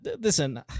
listen